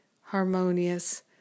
harmonious